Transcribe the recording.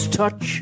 touch